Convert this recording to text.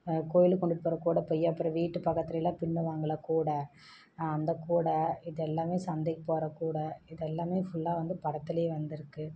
கோயிலுக்கு கொண்டு போகிற கூடை பை அப்புறம் வீட்டு பக்கத்துலெலாம் பின்னுவாங்கல்ல கூடை அந்த கூடை இது எல்லாமே சந்தைக்கு போகிற கூடை இதெல்லாமே ஃபுல்லாக வந்து படத்திலையே வந்திருக்கு